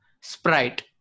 Sprite